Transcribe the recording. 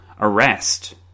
arrest